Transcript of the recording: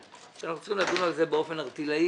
שאנחנו צריכים לדון בזה באופן ערטילאי,